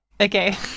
Okay